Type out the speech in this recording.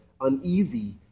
uneasy